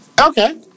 Okay